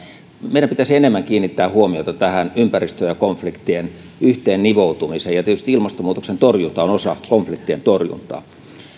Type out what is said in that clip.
meidän pitäisi enemmän kiinnittää huomiota tähän ympäristön ja konfliktien yhteen nivoutumiseen tietysti ilmastonmuutoksen torjunta on osa konfliktien torjuntaa